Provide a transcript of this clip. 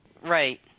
Right